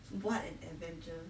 what an adventure